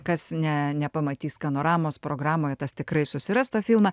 kas ne nepamatys skanoramos programoje tas tikrai susiras tą filmą